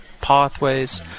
pathways